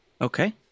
Okay